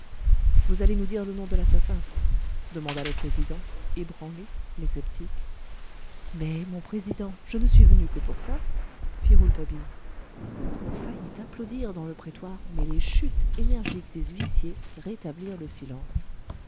vous allez nous dire le nom de l'assassin demanda le président ébranlé mais sceptique mais mon président je ne suis venu que pour ça fit rouletabille on faillit applaudir dans le prétoire mais les chut énergiques des huissiers rétablirent le silence